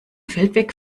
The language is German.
feldweg